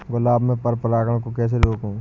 गुलाब में पर परागन को कैसे रोकुं?